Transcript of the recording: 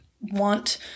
want